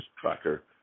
Tracker